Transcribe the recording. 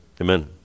amen